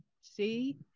see